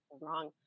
wrong